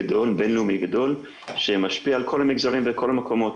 גדול שמשפיע על כל המגזרים ועל כל המקומות.